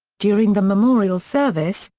during the memorial service,